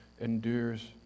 endures